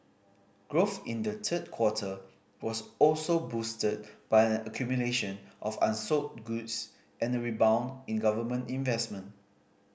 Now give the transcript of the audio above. growth in the third quarter was also boosted by an accumulation of unsold goods and a rebound in government investment